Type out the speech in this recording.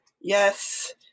Yes